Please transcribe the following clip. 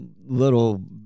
little